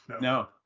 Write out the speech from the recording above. No